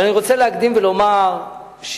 אני רוצה להקדים ולומר שבאמת,